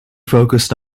focused